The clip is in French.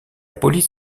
police